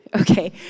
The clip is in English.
okay